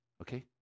okay